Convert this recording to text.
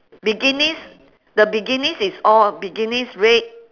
bikinis the bikinis is all bikinis red